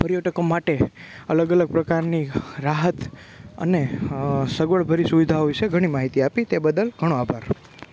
પર્યટકો માટે અલગ અલગ પ્રકારની રાહત અને સગવડભરી સુવિધાઓ વિશે ઘણી માહિતી આપી તે બદલ ઘણો આભાર